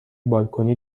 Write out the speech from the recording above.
بالکنی